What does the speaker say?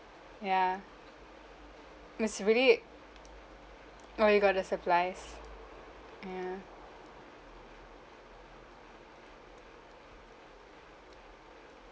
ya it's really oh you got the supplies ya